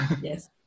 Yes